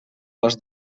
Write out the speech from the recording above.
les